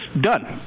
done